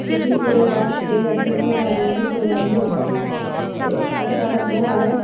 ते फ्ही उ'दे बाद च केह् करदियां कि राड़े जेह्ड़े परवाई ओड़दियां ते ओ साढ़ा तेहार ऐ